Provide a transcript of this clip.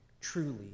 truly